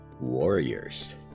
warriors